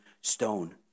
stone